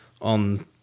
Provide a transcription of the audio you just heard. on